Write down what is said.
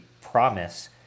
promise